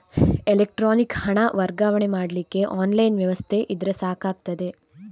electronic ಹಣ ವರ್ಗಾವಣೆ ಮಾಡ್ಲಿಕ್ಕೆ ಆನ್ಲೈನ್ ವ್ಯವಸ್ಥೆ ಇದ್ರೆ ಸಾಕಾಗ್ತದೆ